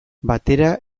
batera